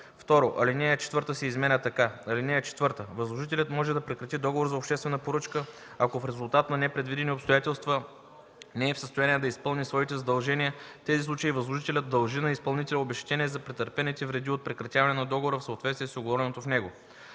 2. Алинея 4 се изменя така: „(4) Възложителят може да прекрати договор за обществена поръчка, ако в резултат на непредвидени обстоятелства не е в състояние да изпълни своите задължения. В тези случаи възложителят дължи на изпълнителя обезщетение за претърпените вреди от прекратяването на договора в съответствие с уговореното в него.”